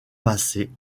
massé